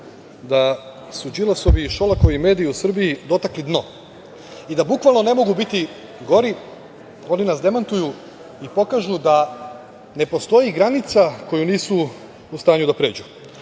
da su Đilasovi i Šolakovi mediji u Srbiji dotakli dno i da bukvalno ne mogu biti gori, oni nas demantuju i pokažu da ne postoji granica koju nisu u stanju da pređu.Zašto